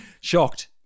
shocked